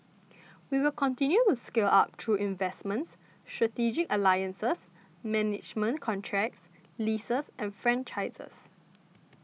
we will continue to scale up through investments strategic alliances management contracts leases and franchises